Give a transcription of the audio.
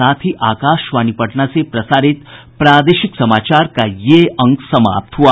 इसके साथ ही आकाशवाणी पटना से प्रसारित प्रादेशिक समाचार का ये अंक समाप्त हुआ